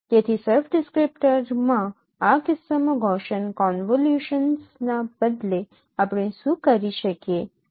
તેથી સર્ફ ડિસ્ક્રીપ્ટરમાં આ કિસ્સામાં ગૌસીયન કોન્વોલ્યુશનના બદલે આપણે શું કરી શકીએ